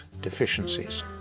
deficiencies